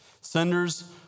Senders